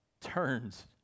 turns